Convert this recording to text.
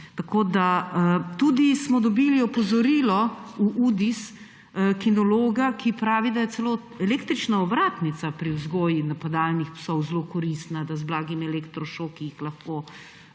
smo tudi dobili opozorilo kinologa, ki pravi, da je celo električna ovratnica pri vzgoji napadalnih psov zelo koristna, da jih z blagimi elektrošoki lahko